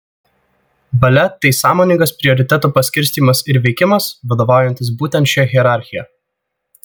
valia tai sąmoningas prioritetų paskirstymas ir veikimas vadovaujantis būtent šia hierarchija